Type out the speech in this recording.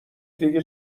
دیگه